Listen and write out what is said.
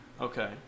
Okay